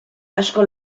asko